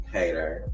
Hater